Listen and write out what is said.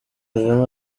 kagame